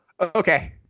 Okay